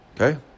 Okay